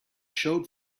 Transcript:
showed